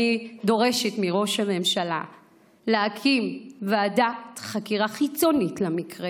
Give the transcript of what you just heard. אני דורשת מראש הממשלה להקים ועדת חקירה חיצונית למקרה,